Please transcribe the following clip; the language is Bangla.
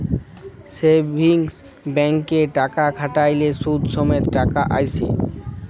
সেভিংস ব্যাংকে টাকা খ্যাট্যাইলে সুদ সমেত টাকা আইসে